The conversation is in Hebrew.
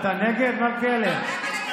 אתה נגד, מלכיאלי?